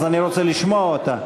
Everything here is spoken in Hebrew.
אז אני רוצה לשמוע אותה.